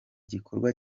gikorwa